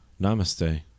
Namaste